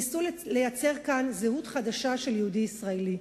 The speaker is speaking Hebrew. ניסו לייצר כאן זהות חדשה של יהודי ישראלי.